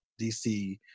DC